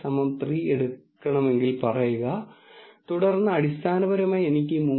മേശപ്പുറത്ത് എന്താണ് ഉള്ളതെന്ന് നിങ്ങൾ ഒരു അനുമാനം നടത്തണം